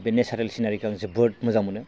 बे नेसारेल सिनारिखौ आं जोबोद मोजां मोनो